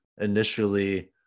initially